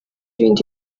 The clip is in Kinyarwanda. ibindi